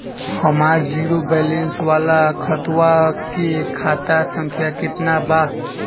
हमार zero balance वाला खतवा के खाता संख्या केतना बा?